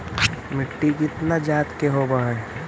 मिट्टी कितना जात के होब हय?